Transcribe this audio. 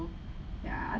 ya